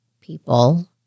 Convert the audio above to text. people